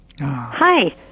Hi